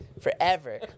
Forever